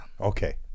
Okay